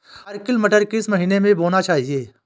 Arkel मटर किस महीना में बोना चाहिए?